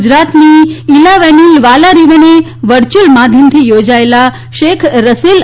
ગુજરાતની ઈલાવેનિલ વાલારિવને વર્ચુઅલ માધ્યમથી યોજાયેલ શેખ રસેલ